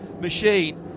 machine